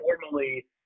formally